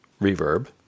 Reverb